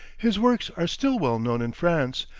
his works are still well known in france,